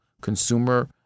consumer